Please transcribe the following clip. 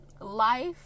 life